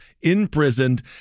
imprisoned